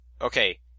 Okay